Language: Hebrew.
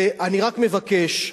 ואני רק מבקש,